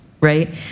Right